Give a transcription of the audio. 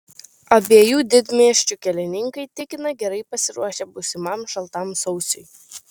abiejų didmiesčių kelininkai tikina gerai pasiruošę būsimam šaltam sausiui